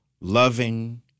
loving